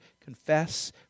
confess